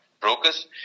brokers